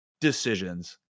decisions